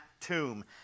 tomb